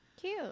Cute